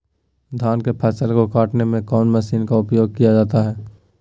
धान के फसल को कटने में कौन माशिन का उपयोग किया जाता है?